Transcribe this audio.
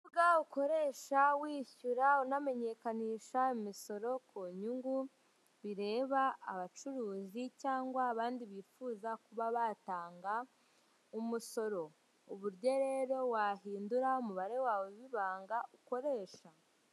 Urubuga ukoresha wishyura unamenyekanisha imisoro ku nyungu bireba abacuruzi cyangwa abandi bifuza kuba batanga umusoro, uburyo rero wahindura umubare wawe wibanga ukoresha.